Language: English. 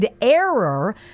error